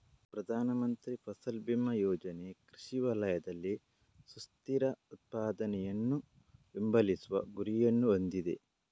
ಪ್ರಧಾನ ಮಂತ್ರಿ ಫಸಲ್ ಬಿಮಾ ಯೋಜನೆ ಕೃಷಿ ವಲಯದಲ್ಲಿ ಸುಸ್ಥಿರ ಉತ್ಪಾದನೆಯನ್ನು ಬೆಂಬಲಿಸುವ ಗುರಿಯನ್ನು ಹೊಂದಿದೆ